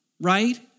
Right